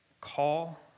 call